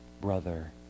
brother